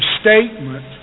statement